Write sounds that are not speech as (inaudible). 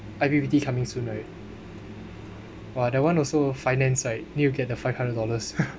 I_P_P_T coming soon right !wah! that one also financed right need to get the five hundred dollars (laughs)